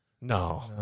No